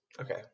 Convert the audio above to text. Okay